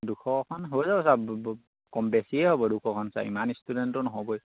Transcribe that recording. দুশখন হৈ যাব ছাৰ বেছিয়ে হ'ব দুশখন ছাৰ ইমান ষ্টুডেণ্টটো নহবই